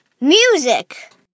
Music